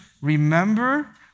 remember